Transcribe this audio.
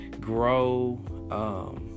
Grow